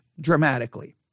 dramatically